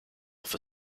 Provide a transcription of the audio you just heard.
for